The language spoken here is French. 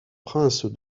princes